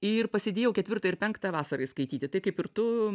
ir pasidėjau ketvirtą ir penktą vasarai skaityti tai kaip ir tu